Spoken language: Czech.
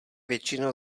většina